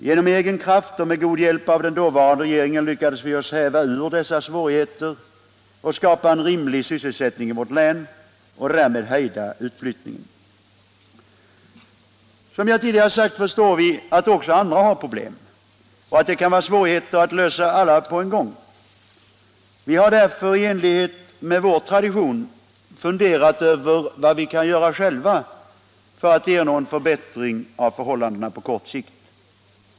Genom egen kraft och genom god hjälp av dåvarande regeringen lyckades vi häva oss ur dessa svårigheter, skapa en rimlig sysselsättning i vårt län och därmed hejda utflyttningen. Som jag tidigare sagt förstår vi att också andra har problem och att ” det kan vara svårigheter att lösa alla problem på en gång. Vi har därför enligt vår tradition funderat över vad vi kan göra själva för att på kort sikt ernå en förbättring av förhållandena.